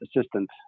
assistant